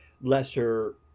lesser